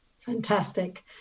Fantastic